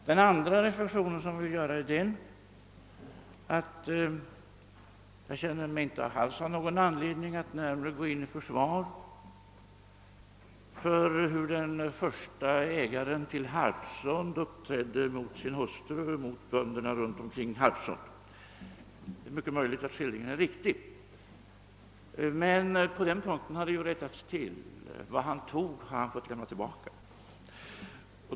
Den andra reflexion som jag vill göra är den att jag inte alls känner mig ha anledning att försvara det sätt på vilket den förste ägaren till Harpsund uppträdde mot sin hustru och mot bönderna runt Harpsund. Det är möjligt att skildringen därav är riktig, men på den punkten har förhållandena rättats till. Vad han tog har han fått lämna tillbaka.